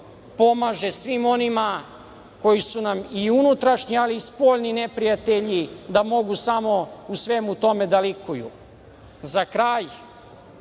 pomaže svim onima koji su nam i unutrašnji i spoljni neprijatelji da mogu samo u svemu tome da likuju.Za kraj,